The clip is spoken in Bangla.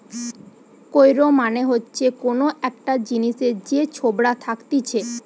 কৈর মানে হচ্ছে কোন একটা জিনিসের যে ছোবড়া থাকতিছে